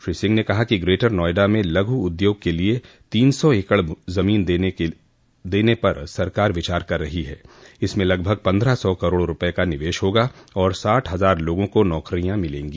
श्री सिंह ने कहा कि ग्रेटर नोएडा में लघु उद्योग के लिये तीन सौ एकड़ जमीन देने पर सरकार विचार कर रही है इसमें लगभग पन्द्रह सौ करोड़ रूपये का निवेश होगा और साठ हजार लोगों को नौकरियां मिलेगी